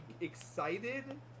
excited